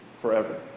forever